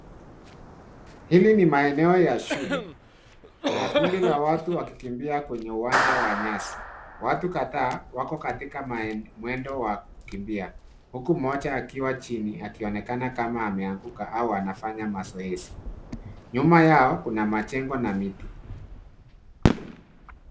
Hili ni maeneo ya shule. Kuna kundi la watu wakikimbia kwenye uwanja wa nyasi. Watu kadhaa wako katika mwendo wa kukimbia. Huku mmoja akiwa chini akionekana kama ameanguka au anafanya mazoezi. Nyuma yao kuna majengo na miti.